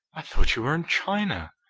i thought you were in china.